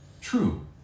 True